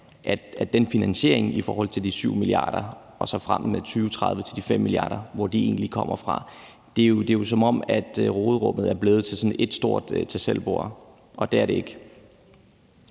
den finansiering på 7 mia. kr. og så frem mod 2030 på 5 mia. kr. egentlig kommer fra. Det er jo, som om råderummet er blevet til sådan et stort tag selv-bord, og det er det ikke.